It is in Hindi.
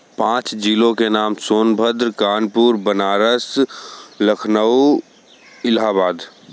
पाँच जिलों के नाम सोनभद्र कानपुर बनारस लखनऊ इलाहाबाद